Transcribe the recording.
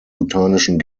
botanischen